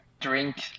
drink